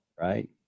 right